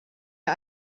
ihr